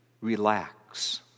relax